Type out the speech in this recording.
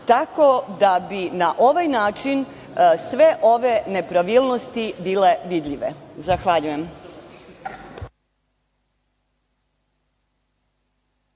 tako da bi na ovaj način sve ove nepravilnosti bile vidljive. Zahvaljujem.